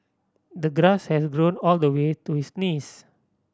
the grass had grown all the way to his knees